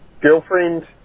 girlfriend